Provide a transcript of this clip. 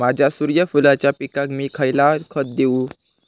माझ्या सूर्यफुलाच्या पिकाक मी खयला खत देवू?